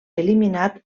eliminat